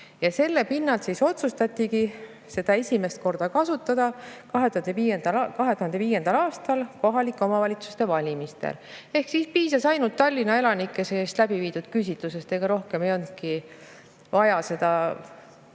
Selle pinnalt siis otsustatigi seda esimest korda kasutada 2005. aastal kohalike omavalitsuste valimistel. Ehk piisas ainult Tallinna elanike seas läbiviidud küsitlusest. Ega rohkem ei olnudki vaja seda